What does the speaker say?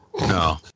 No